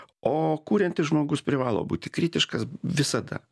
o kuriantis žmogus privalo būti kritiškas visada